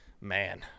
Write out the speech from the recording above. man